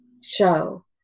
show